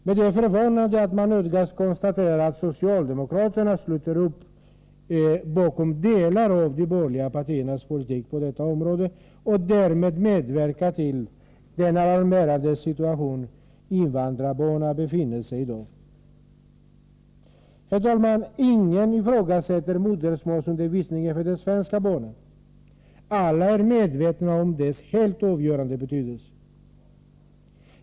Men det är förvånande att man nödgas konstatera, att socialdemokraterna sluter upp bakom delar av de borgerliga partiernas politik på detta område och därmed medverkar till den alarmerande situation invandrarbarnen befinner sig i i dag. Herr talman! Ingen ifrågasätter modersmålsundervisningen för de svenska barnen. Alla är medvetna om dess avgörande betydelse.